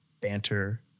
Banter